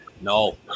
No